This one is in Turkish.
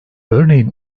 örneğin